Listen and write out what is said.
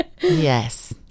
Yes